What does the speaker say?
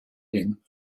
him